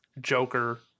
Joker